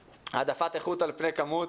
העדפת איכות על פני כמות.